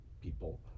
people